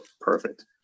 perfect